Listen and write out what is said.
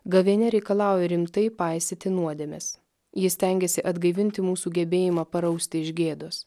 gavėnia reikalauja rimtai paisyti nuodėmės ji stengiasi atgaivinti mūsų gebėjimą parausti iš gėdos